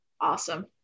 Awesome